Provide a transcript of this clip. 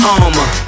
armor